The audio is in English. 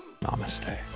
Namaste